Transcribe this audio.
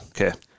Okay